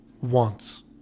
wants